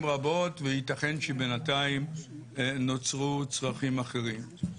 רבות וייתכן שבינתיים נוצרו צרכים אחרים.